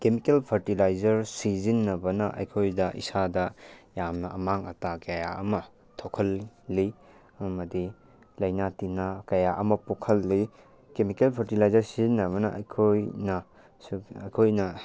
chemical fertiliser ꯁꯤꯖꯤꯟꯅꯕꯅ ꯑꯩꯈꯣꯏꯗ ꯏꯁꯥꯗ ꯌꯥꯝꯅ ꯑꯃꯥꯡ ꯑꯇꯥ ꯀꯌꯥ ꯑꯃ ꯊꯣꯛꯍꯜꯂꯤ ꯑꯃꯗꯤ ꯂꯩꯅꯥ ꯇꯤꯟꯅꯥ ꯀꯌꯥ ꯑꯃ ꯄꯣꯛꯍꯜꯂꯤ ꯀꯦꯃꯤꯀꯦꯜ ꯐꯔꯇꯤꯂꯥꯏꯖꯔ ꯁꯤꯖꯤꯟꯅꯕꯅ ꯑꯩꯈꯣꯏꯅꯁꯨ ꯑꯩꯈꯣꯏꯅ